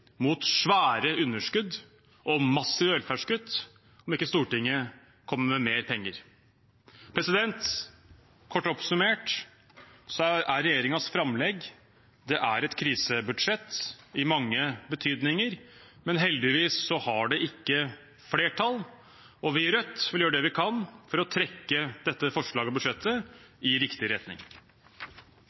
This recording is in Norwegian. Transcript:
mot svære underskudd og massive velferdskutt om ikke Stortinget kommer med mer penger. Kort oppsummert: Regjeringens framlegg er et krisebudsjett i mange betydninger, men heldigvis har det ikke flertall. Vi i Rødt vil gjøre det vi kan for å trekke dette forslaget og budsjettet i riktig retning.